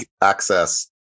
access